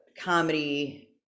comedy